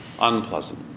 unpleasant